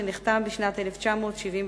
שנחתם בשנת 1979,